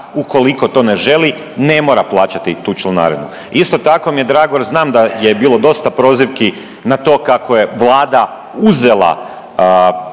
ukoliko to ne želi ne mora plaćati tu članarinu. Isto tako mi je drago jer znam da je bilo dosta prozivki na to kako je Vlada uzela